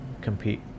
compete